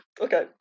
Okay